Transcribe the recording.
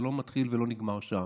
זה לא מתחיל ולא נגמר שם.